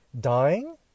dying